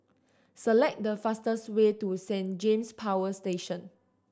select the fastest way to Saint James Power Station